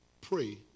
pray